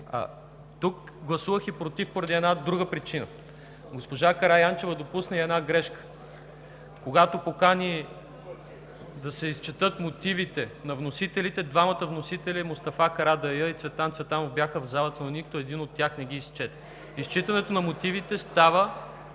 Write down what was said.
Гласувах „против“ и поради една друга причина. Госпожа Караянчева допусна една грешка, когато покани да се изчетат мотивите на вносителите. Двамата вносители – Мустафа Карадайъ и Цветан Цветанов, бяха в залата, но нито един от тях не ги изчете. Изчитането на мотивите става